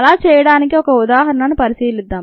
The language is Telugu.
అలా చేయడానికి ఒక ఉదాహరణ ను పరిశీలిద్దాం